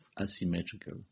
asymmetrical